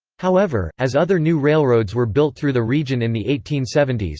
however, as other new railroads were built through the region in the eighteen seventy s,